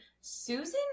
susan